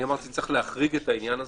אני מארתי שצריך להחריג את העניין הזה,